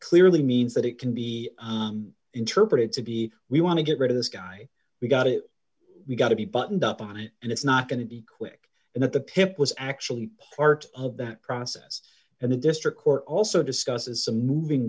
clearly means that it can be interpreted to be we want to get rid of this guy we've got it we've got to be buttoned up on it and it's not going to be quick and that the pip was actually part of that process and the district court also discusses some moving